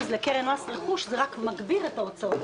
לקרן מס רכוש זה רק מגביר את ההוצאות,